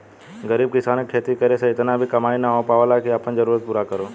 गरीब किसान के खेती करे से इतना भी कमाई ना हो पावेला की आपन जरूरत पूरा करो